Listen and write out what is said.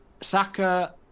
Saka